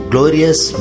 Glorious